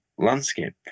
landscape